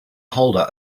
holder